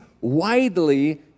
widely